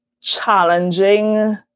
challenging